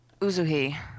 Uzuhi